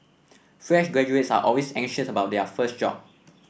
fresh graduates are always anxious about their first job